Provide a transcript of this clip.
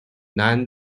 non